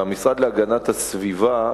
והמשרד להגנת הסביבה,